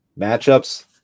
Matchups